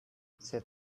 said